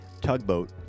tugboat